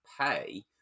pay